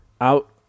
out